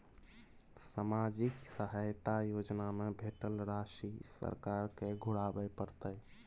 सामाजिक सहायता योजना में भेटल राशि सरकार के घुराबै परतै?